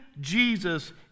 jesus